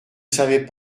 savez